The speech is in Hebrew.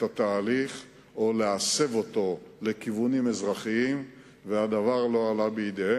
התהליך או להסב אותו לכיוונים אזרחיים והדבר לא עלה בידם.